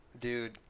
Dude